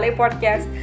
podcast